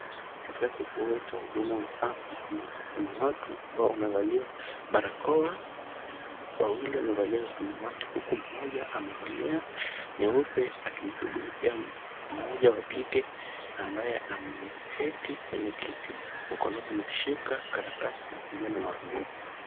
Katika kituo cha huduma cha afya ambapo kuna watu ambao wamevalia barakoa, wawili wamevalia za samawati huku mmoja amevalia nyeupe, akimshughulikia mmoja wa kike ambaye ameketi kwenye kiti. Mkononi ameshika karatasi iliyo na maandishi.